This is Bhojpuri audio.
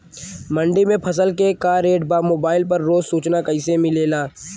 मंडी में फसल के का रेट बा मोबाइल पर रोज सूचना कैसे मिलेला?